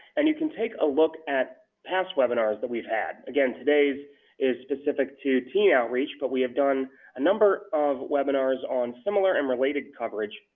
and you can take a look at past webinars that we've had. today's is specific to teen outreach, but we have done a number of webinars on similar and related coverage,